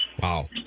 Wow